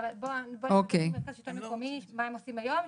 אבל בואו נשאל את מרכז השלטון המקומי מה הם עושים היום.